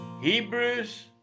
Hebrews